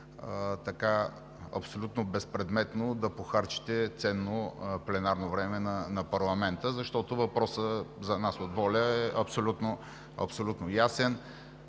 абсолютно безпредметно да похарчите ценно пленарно време на парламента. Въпросът за нас от ВОЛЯ е абсолютно ясен.